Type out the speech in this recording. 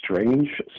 strange